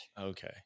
Okay